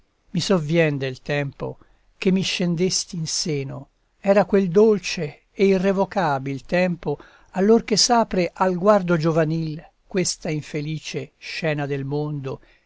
i sovvien del tempo che mi scendesti in seno era quel dolce e irrevocabil tempo allor che s'apre al guardo giovanil questa infelice scena del mondo